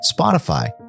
Spotify